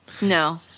No